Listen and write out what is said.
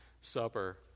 Supper